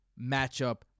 matchup